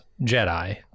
Jedi